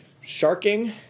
sharking